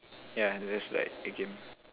yeah it just like a game